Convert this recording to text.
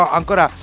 ancora